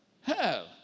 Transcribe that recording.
Hell